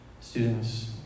students